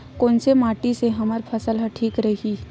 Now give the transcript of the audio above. कोन से माटी से हमर फसल ह ठीक रही?